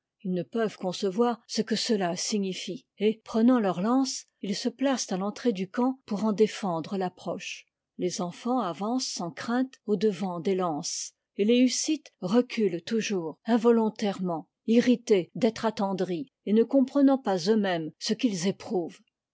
ils ne peuvent concevoir ce que cela signifie et prenant leurs lances ils se placent à t'entrée du camp pour en défendre l'approche les enfants avancent sans crainte audevant des lances et les hussites reculent toujours involontairement irrités d'être attendris et ne comprenant pas eux-mêmes ce qu'ils éprouvent